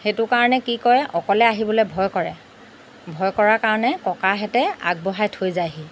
সেইটো কাৰণে কি কৰে অকলে আহিবলৈ ভয় কৰে ভয় কৰাৰ কাৰণে ককাহঁতে আগবঢ়াই থৈ যায়হি